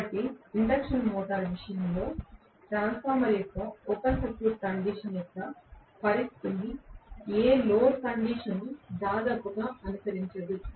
కాబట్టి induction motor విషయంలో transformer యొక్క ఓపెన్ సర్క్యూట్ కండిషన్ యొక్క పరిస్థితిని ఏ లోడ్ కండిషన్ దాదాపుగా అనుకరించదు